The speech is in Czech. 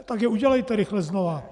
Tak je udělejte rychle znova.